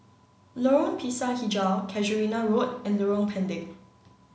Lorong Pisang Hijau Casuarina Road and Lorong Pendek